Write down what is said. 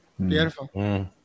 Beautiful